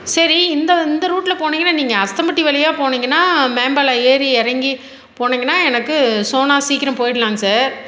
சரி இந்த இந்த ரூட்டில் போனிங்கன்னால் நீங்கள் அஸ்தம்பட்டி வழியாக போனிங்கன்னால் மேம்பாலம் ஏறி இறங்கி போனிங்கன்னால் எனக்கு ஸோ நான் சீக்கரம் போயிட்லாங்க சார்